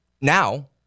Now